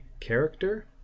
character